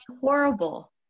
horrible